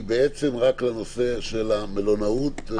היא רק לנושא המלונאות.